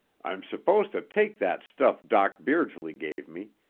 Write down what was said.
i'm supposed to take that stuff doc beardsley gave me,